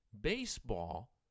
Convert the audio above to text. Baseball